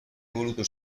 voluto